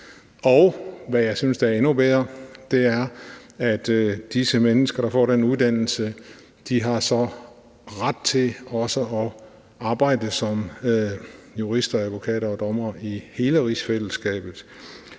og hvad jeg synes er endnu bedre: at disse mennesker, der får den uddannelse, så også har ret til at arbejde som jurister, advokater og dommere i hele rigsfællesskabet.